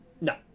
No